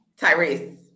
Tyrese